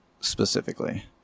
specifically